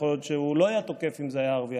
יכול להיות שהוא לא היה תוקף אם זה היה ערבי,